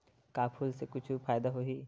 का फूल से कुछु फ़ायदा होही?